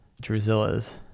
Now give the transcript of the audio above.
drusilla's